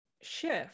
shift